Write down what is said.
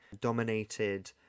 dominated